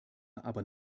aber